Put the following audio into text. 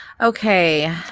Okay